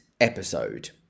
episode